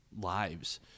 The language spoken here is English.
lives